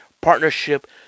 partnership